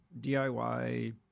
DIY